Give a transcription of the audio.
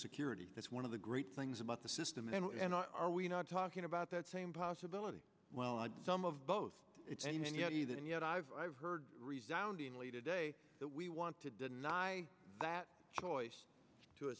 security that's one of the great things about the system and are we not talking about that same possibility well some of both it and yet either and yet i've heard resound inly today that we want to deny that choice to a